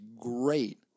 great